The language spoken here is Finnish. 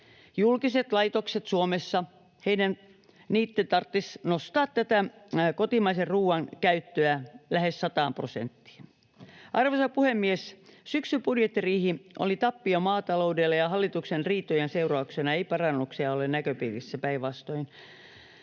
ei mene kaupaksi. Suomen julkisten laitosten tarvitsisi nostaa kotimaisen ruuan käyttöä lähes 100 prosenttiin. Arvoisa puhemies! Syksyn budjettiriihi oli tappio maataloudelle, ja hallituksen riitojen seurauksena ei parannuksia ole näköpiirissä, päinvastoin.